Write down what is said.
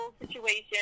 situation